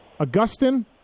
Augustin